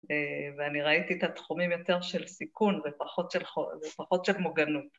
‫ואני ראיתי את התחומים יותר של סיכון ‫ופחות של מוגנות.